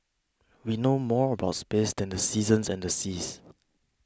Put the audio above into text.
we know more about space than the seasons and the seas